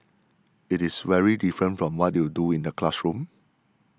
it is very different from what you do in the classroom